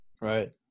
Right